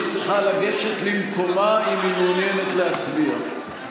היא צריכה לגשת למקומה אם היא מעוניינת להצביע.